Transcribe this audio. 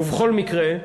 ובכל מקרה,